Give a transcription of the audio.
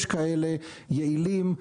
יש כאלה יעילים.